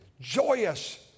joyous